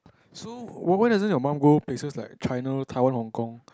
so why doesn't your mum go places like China Taiwan Hong-Kong